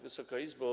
Wysoka Izbo!